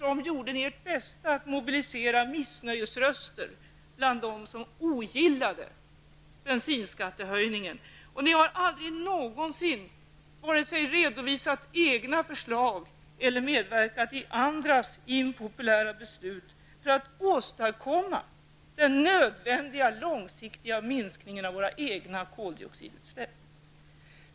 Ni gjorde tvärtom ert bästa för att mobilisera missnöjesröster bland dem som ogillade bensinskattehöjningen. Ni har aldrig vare sig redovisat egna förslag eller medverkat vid andras impopulära beslut för att åstadkomma den nödvändiga långsiktiga minskningen av våra egna koldioxidutsläpp.